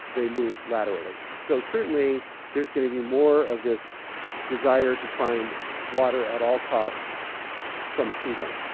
they move laterally. so, certainly there's gonna be more of this desire to find water at all costs from a seedling.